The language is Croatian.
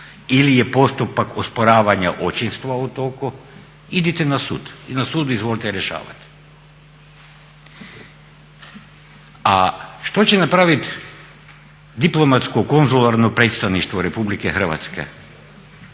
ili je postupak osporavanja očinstva u toku idite na sud i na sudu izvolite rješavati. A što će napravit diplomatsko-konzularno predstavništvo Republike Hrvatske